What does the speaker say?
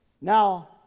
Now